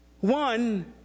One